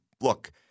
look